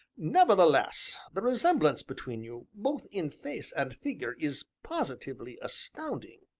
nevertheless, the resemblance between you, both in face and figure, is positively astounding!